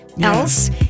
else